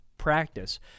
Practice